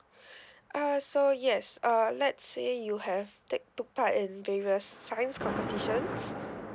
uh so yes uh let say you have take took part in various science competitions